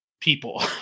people